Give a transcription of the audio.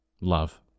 Love